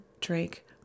Drake